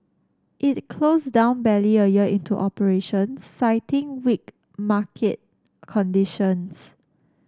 it closed down barely a year into operations citing weak market conditions